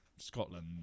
Scotland